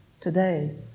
today